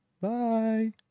bye